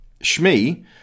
Shmi